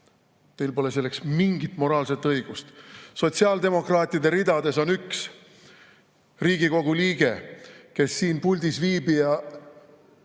Teil pole selleks mingit moraalset õigust. Sotsiaaldemokraatide ridades on üks Riigikogu liige, kes siin puldis viibija